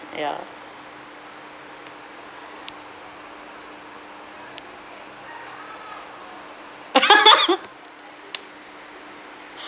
ya